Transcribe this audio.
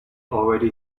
already